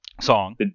song